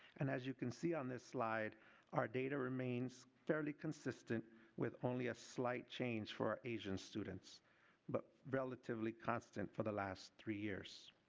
and as you can see on this slide our data remains fairly consistent with a slight change for asian students but relatively constant for the last three years.